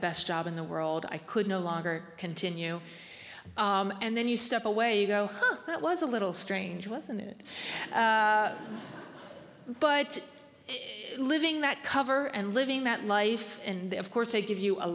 best job in the world i could no longer continue and then you step away though that was a little strange wasn't it but living that cover and living that life and of course they give you a